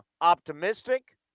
optimistic